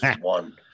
One